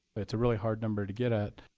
it's a really hard number to get at.